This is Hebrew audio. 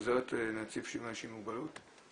עוזרת לנציב שוויון זכויות לאנשים עם מוגבלות.